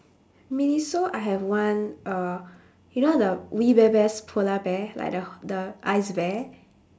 miniso I have one uh you know the we bare bears polar bear like the h~ the ice bear